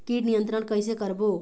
कीट नियंत्रण कइसे करबो?